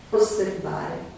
osservare